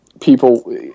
people